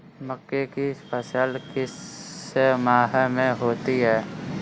मक्के की फसल किस माह में होती है?